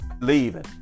leaving